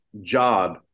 job